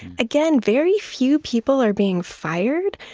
again, very few people are being fired.